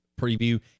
preview